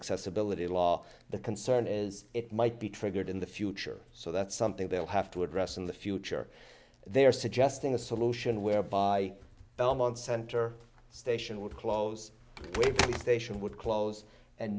accessibility law the concern is it might be triggered in the future so that's something they'll have to address in the future they are suggesting a solution whereby belmont center station would close